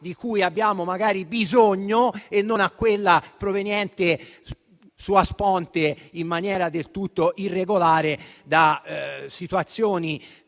di cui abbiamo bisogno, e non a quella proveniente in maniera del tutto irregolare da situazioni